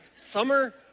Summer